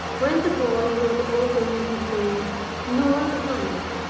when the boy, whom the old woman had named nur mahomed,